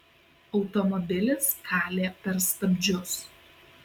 automobilis kalė per stabdžius